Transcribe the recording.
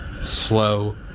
slow